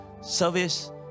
service